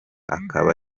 akaba